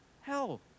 hell